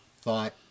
thought